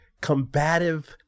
combative